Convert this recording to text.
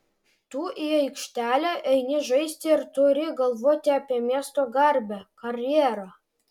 tu į aikštelę eini žaisti ir turi galvoti apie miesto garbę karjerą